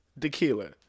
tequila